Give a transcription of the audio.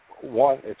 one